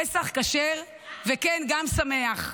פסח כשר, וכן, גם שמח.